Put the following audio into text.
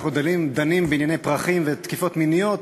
אנחנו דנים בענייני פרחים ותקיפות מיניות.